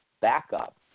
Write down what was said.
backup